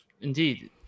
Indeed